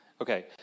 Okay